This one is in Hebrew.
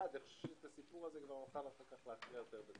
אני חושב שאת הסיפור הזה נוכל לפתור יותר בקלות.